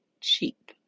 cheap